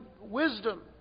wisdom